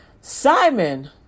Simon